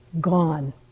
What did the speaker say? gone